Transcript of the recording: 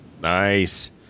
Nice